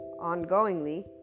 ongoingly